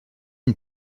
une